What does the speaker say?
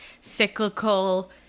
cyclical